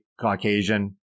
Caucasian